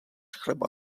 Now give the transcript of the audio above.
chleba